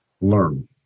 learn